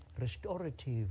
restorative